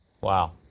wow